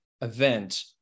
event